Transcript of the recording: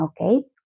okay